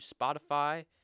Spotify